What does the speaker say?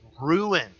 ruin